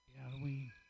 Halloween